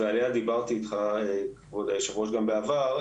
ועליה דיברתי איתה כבוד יושב הראש גם בעבר,